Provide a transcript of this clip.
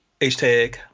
Hashtag